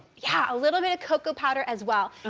yeah, a little bit of cocoa powder as well.